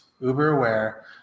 uber-aware